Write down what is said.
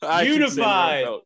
unified